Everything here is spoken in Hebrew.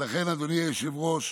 אדוני היושב-ראש,